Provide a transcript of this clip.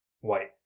white